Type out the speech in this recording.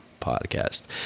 podcast